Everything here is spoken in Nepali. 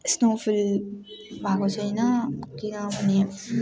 स्नोफल भएको छैन किनभने